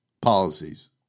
policies